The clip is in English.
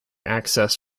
accessed